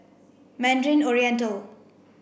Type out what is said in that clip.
Mandarin Oriental